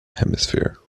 hemisphere